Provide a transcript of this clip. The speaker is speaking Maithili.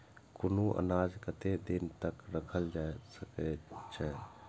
कुनू अनाज कतेक दिन तक रखल जाई सकऐत छै?